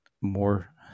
more